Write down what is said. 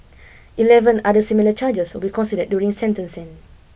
eleven other similar charges will be considered during sentencing